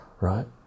right